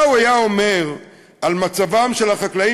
מה הוא היה אומר על מצבם של החקלאים